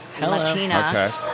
Latina